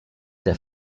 der